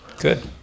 Good